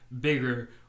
bigger